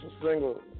single